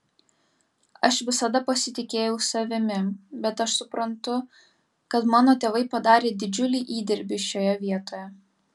aš visada pasitikėjau savimi bet aš suprantu kad mano tėvai padarė didžiulį įdirbį šioje vietoje